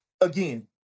again